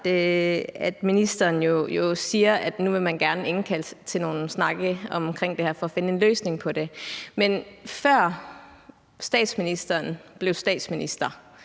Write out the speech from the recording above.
at ministeren jo siger, at nu vil man gerne indkalde til nogle snakke omkring det her for at finde en løsning på det. Men før statsministeren blev statsminister